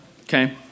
Okay